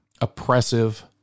oppressive